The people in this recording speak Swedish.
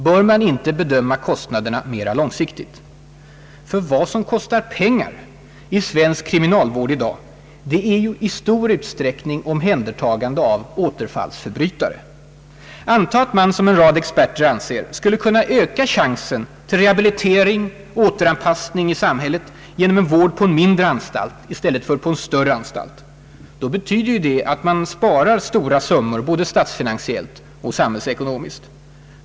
Bör man inte bedöma kostnaderna mera långsiktigt? För vad som kostar pengar i svensk kriminalvård i dag är i stor utsträckning omhändertagandet av återfallsförbrytare. Antag att man — som en rad experter anser — skulle kunna öka chansen till rehabilitering, återanpassning i samhället, genom vård på en mindre anstalt i stället för på en större! Det betyder ju att man sparar stora summor både statsfinansiellt och samhällsekonomiskt.